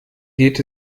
geht